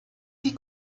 die